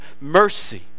mercy